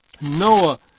Noah